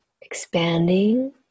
Expanding